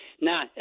Now